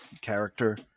character